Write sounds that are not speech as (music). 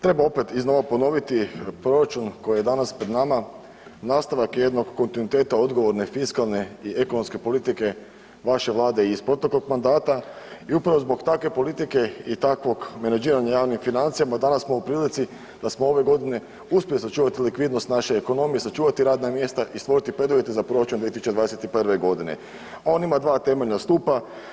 Treba opet iznova ponoviti, proračun koji je danas pred nama nastavak je jednog kontinuiteta odgovorne fiskalne i ekonomske politike vaše Vlade i iz proteklom mandata i upravo zbog takve politike i takvog ... (unintelligible) javnim financijama danas smo u prilici da smo ove godine uspjeli sačuvati likvidnost naše ekonomije, sačuvati radna mjesta i stvoriti preduvjete za proračuna 2021. g. On ima 2 temeljna stupa.